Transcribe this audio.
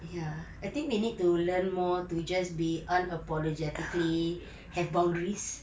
ya I think we need to learn more to just be unapologetically have boundaries